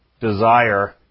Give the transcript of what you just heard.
desire